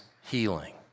healing